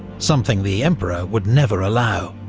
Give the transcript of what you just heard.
something the emperor would never allow.